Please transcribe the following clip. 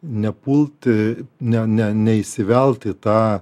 nepulti ne ne neįsivelt į tą